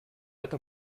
это